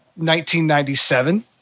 1997